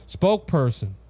spokesperson